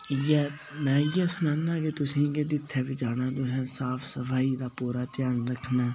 इ'यै में इ'यै सनान्ना कि तुसें जित्थै बी जाना तुसें साफ सफाई दा पूरा ध्यान रक्खना